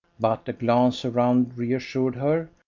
but a glance around reassured her,